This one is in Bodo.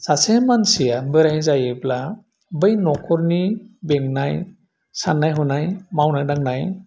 सासे मानसिया बोराइ जायोब्ला बै नखरनि बेंनाय साननाय हनाय मावनाय दांनाय